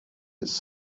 its